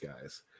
guys